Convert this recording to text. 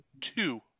Two